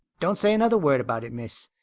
don't say another word about it, miss.